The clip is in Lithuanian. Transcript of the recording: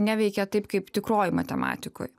neveikia taip kaip tikrojoj matematikoj